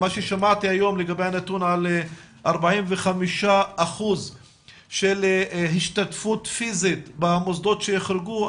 מה ששמעתי היום לגבי 45% של השתתפות פיזית במוסדות שהוחרגו,